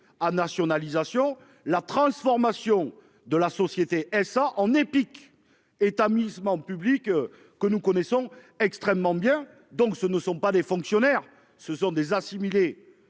à nationalisation, la transformation de la société SA en Epic, établissement public que nous connaissons, extrêmement bien, donc ce ne sont pas des fonctionnaires, ce sont des assimilés